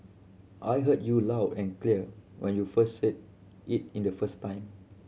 I heard you loud and clear when you said it in the first time